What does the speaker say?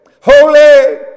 holy